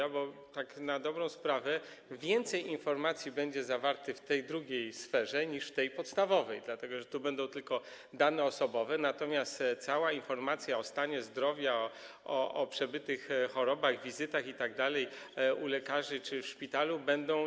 Pytam, bo tak na dobrą sprawę więcej informacji będzie zawartych w tej drugiej sferze niż w tej podstawowej, dlatego że tu będą tylko dane osobowe, natomiast tu będzie cała informacja o stanie zdrowia, o przebytych chorobach, wizytach u lekarzy czy w szpitalu itd.